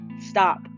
stop